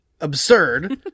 absurd